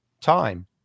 time